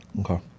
Okay